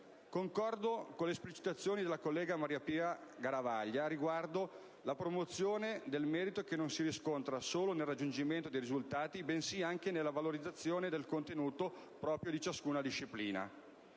Concordo con le esplicitazioni della collega Mariapia Garavaglia, riguardo «la promozione del merito che non si riscontra solo nel raggiungimento dei risultati, bensì anche nella valorizzazione del contenuto proprio di ciascuna disciplina».